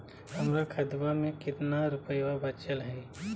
हमर खतवा मे कितना रूपयवा बचल हई?